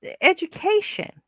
education